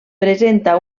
presenta